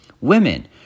Women